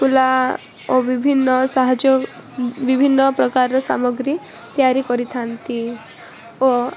କୁଲା ଓ ବିଭିନ୍ନ ସାହାଯ୍ୟ ବିଭିନ୍ନ ପ୍ରକାରର ସାମଗ୍ରୀ ତିଆରି କରିଥାନ୍ତି ଓ